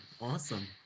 awesome